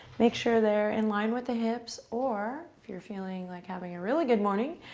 make sure they are in line with the hips or if you're feeling like having a really good morning,